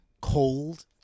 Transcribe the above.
cold